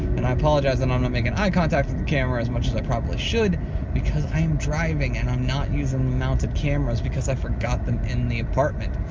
and i apologize that and i'm not making eye contact with the camera as much as i probably should because i am driving and i'm not using the mounted cameras because i forgot them in the apartment.